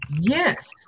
yes